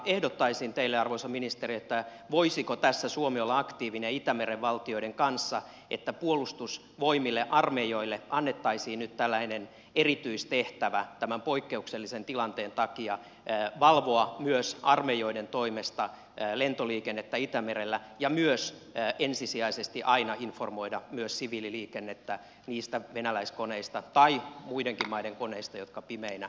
ehdottaisin teille arvoisa ministeri että suomi voisi tässä olla aktiivinen itämeren valtioiden kanssa että puolustusvoimille armeijoille annettaisiin nyt tällainen erityistehtävä tämän poikkeuksellisen tilanteen takia valvoa myös armeijoiden toimesta lentoliikennettä itämerellä ja ensisijaisesti aina informoida myös siviililiikennettä niistä venäläiskoneista tai muidenkin maiden koneista jotka pimeinä lentävät